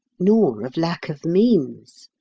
nor of lack of means?